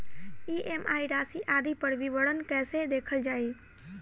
EMI राशि आदि पर विवरण कैसे देखल जाइ?